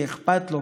כי אכפת לו,